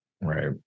right